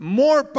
more